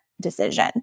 decision